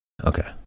Okay